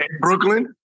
Brooklyn